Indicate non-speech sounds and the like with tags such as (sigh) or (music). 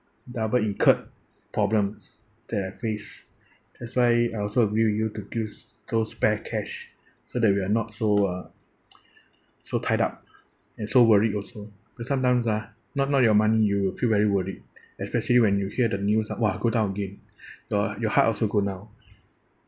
double incurred problems that I face (breath) that's why I also agree with you to those spare cash so that we are not so uh (noise) so tied up and so worried also because sometimes ah not not your money you will feel very worried especially when you hear the news ah !wah! go down again (breath) so your heart also go down